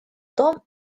том